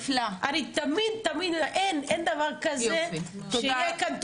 תמיד, ואין דבר כזה שיהיה כאן תושב,